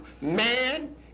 Man